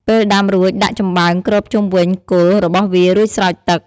ពេលដាំរួចដាក់ចំបើងគ្របជុំវិញគល់របស់វារួចស្រោចទឹក។